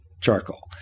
charcoal